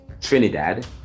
Trinidad